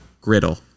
griddle